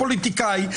הפוליטיקאי?